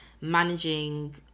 managing